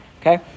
okay